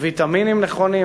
ויטמינים נכונים,